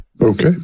Okay